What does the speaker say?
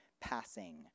passing